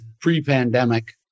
pre-pandemic